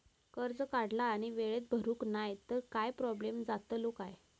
कर्ज काढला आणि वेळेत भरुक नाय तर काय प्रोब्लेम जातलो काय?